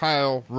Kyle